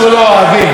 תראו איזה יופי,